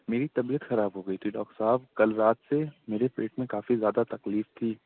میری طبیعت خراب ہو گئی تھی ڈاکٹر صاحب کل رات سے میرے پیٹ میں کافی زیادہ تکلیف تھی